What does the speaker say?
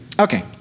okay